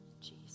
Jesus